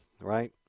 right